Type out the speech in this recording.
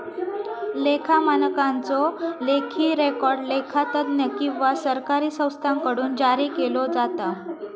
लेखा मानकांचो लेखी रेकॉर्ड लेखा तज्ञ किंवा सरकारी संस्थांकडुन जारी केलो जाता